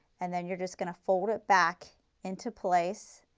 and then you are just going to fold it back into place,